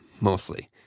mostly